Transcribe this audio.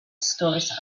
stores